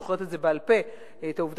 אני פשוט זוכרת את זה בעל-פה,